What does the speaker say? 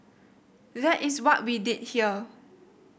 that is what we did here